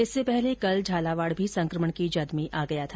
इससे पहले कल झालावाड भी संकमण की जद में आ गया था